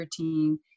13